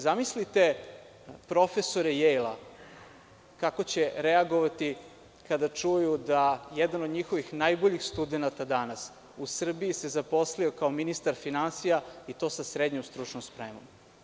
Zamislite kako će reagovati profesori Jejla kada čuju da jedan od njihovih najboljih studenata danas se u Srbiji zaposlio kao ministar finansija i to sa srednjom stručnom spremom.